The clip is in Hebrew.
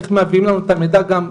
איך מביאים לנו את המידע גם,